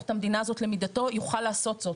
את המדינה הזאת למדינתו יוכל לעשות זאת.